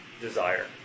desire